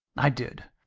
i did.